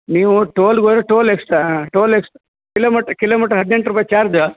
ನೀವು ಟೋಲ್ಗೆ ಹೋದ್ರೆ ಟೋಲ್ ಎಕ್ಸ್ಟ್ರಾ ಹಾಂ ಟೋಲ್ ಎಕ್ಸ್ ಕಿಲೋಮಿಟ್ರ್ ಕಿಲೋಮಿಟ್ರ್ ಹದ್ನೆಂಟು ರುಪಾಯ್ ಚಾರ್ಜ